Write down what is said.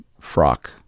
frock